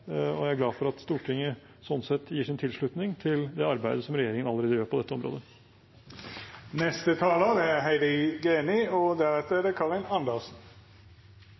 og jeg er glad for at Stortinget sånn sett gir sin tilslutning til det arbeidet som regjeringen allerede gjør på dette området. Statsråden har flere ganger i dag sagt at dette ikke handler om ett tiltak, det